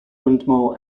windmill